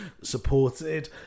supported